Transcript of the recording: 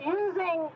using